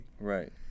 Right